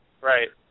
right